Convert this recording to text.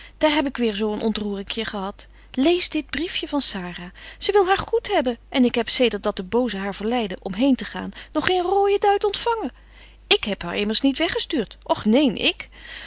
daar heb ik weêr zo een ontroerinkje gehad lees dit briefje van sara zy wil haar goed hebben en ik heb zedert dat de boze haar verleidde om heen te gaan nog geen roojen duit ontfangen ik heb haar immers niet weg gestuurt och neen ik